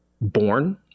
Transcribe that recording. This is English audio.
born